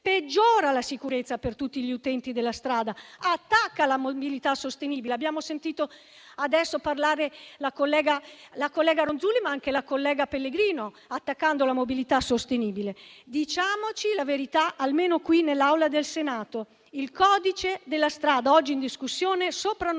peggiora la sicurezza per tutti gli utenti della strada, attacca la mobilità sostenibile. Abbiamo sentito adesso parlare la collega Ronzulli, ma anche la collega Pellegrino, attaccando la mobilità sostenibile. Diciamoci la verità, almeno qui nell'Aula del Senato: il codice della strada oggi in discussione, soprannominato